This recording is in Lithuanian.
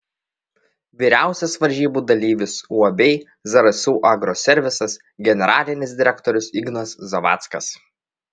vyriausias varžybų dalyvis uab zarasų agroservisas generalinis direktorius ignas zavackas